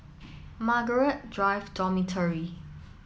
Margaret Drive Dormitory